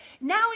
now